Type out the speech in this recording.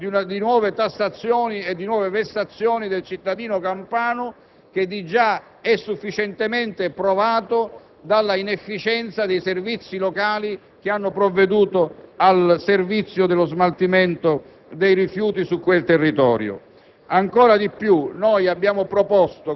e contrari ad ogni forma, anche surrettizia, di introduzione di nuove tassazioni e vessazioni del cittadino campano, che è già sufficientemente provato dall'inefficienza dei servizi locali che hanno provveduto al servizio di smaltimento dei